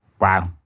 Wow